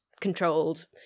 controlled